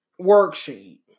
worksheet